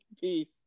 Peace